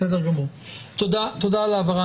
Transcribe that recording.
תודה על ההבהרה.